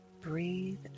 Breathe